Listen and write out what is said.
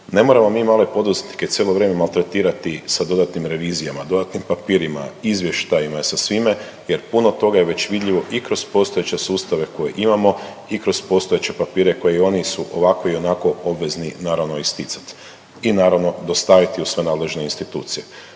Ne moramo mi male poduzetnike cijelo vrijeme maltretirati sa dodatnim revizijama, dodatnim papirima, izvještajima i sa svime jer puno toga je već vidljivo i kroz postojeće sustave koje imamo i kroz postojeće papire koje oni su ovako i onako obvezni naravno isticat i naravno dostaviti u sve nadležne institucije,